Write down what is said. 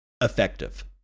effective